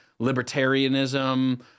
libertarianism